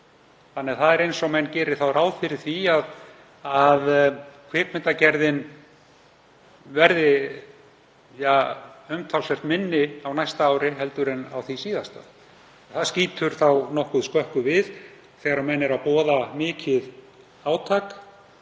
árs. Það er eins og menn geri þá ráð fyrir því að kvikmyndagerðin verði umtalsvert minni á næsta ári en á því síðasta. Það skýtur nokkuð skökku við þegar menn boða mikið átak